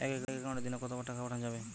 এক একাউন্টে দিনে কতবার টাকা পাঠানো যাবে?